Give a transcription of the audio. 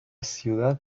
ciudad